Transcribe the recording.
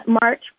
March